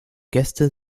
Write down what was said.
gäste